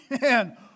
Man